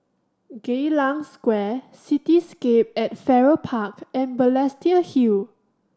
Geylang Square Cityscape at Farrer Park and Balestier Hill